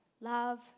love